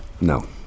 No